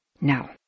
Now